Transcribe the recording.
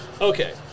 Okay